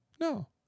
No